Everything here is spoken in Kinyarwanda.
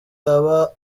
aha